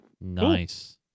Nice